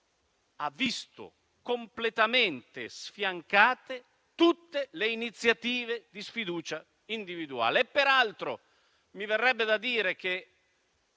ha visto completamente sfiancate tutte le iniziative di sfiducia individuale. Peraltro, mi verrebbe da dire che